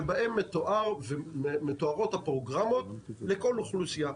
שבו מתוארות הפרוגרמות לכל אוכלוסייה.